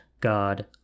God